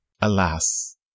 Alas